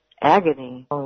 agony